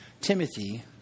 Timothy